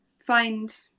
find